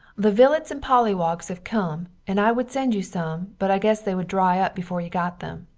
the vilets and pollywogs have come and i wood send you some but i guess they wood dry up before you got them.